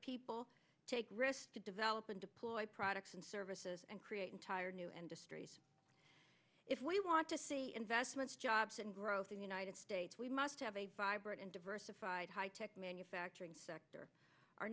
people take risks to develop and deploy products and services and create entire new and astri's if we want to see investments jobs and growth in united states we must have a vibrant and diversified high tech manufacturing sector our